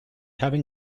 having